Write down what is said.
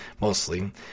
mostly